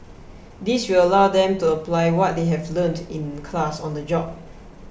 this will allow them to apply what they have learnt in class on the job